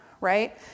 right